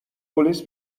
پلیس